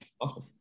Awesome